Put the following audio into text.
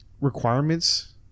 requirements